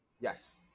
Yes